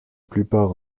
plupart